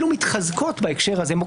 בגלל שאיני חבר כנסת אלא אני שר,